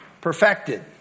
perfected